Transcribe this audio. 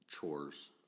chores